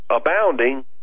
abounding